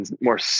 more